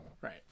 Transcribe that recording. Right